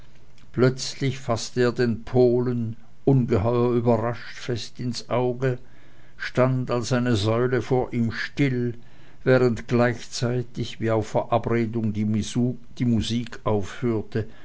plötzlich faßte er den polen ungeheuer überrascht fest ins auge stand als eine säule vor ihm still während gleichzeitig wie auf verabredung die musik aufhörte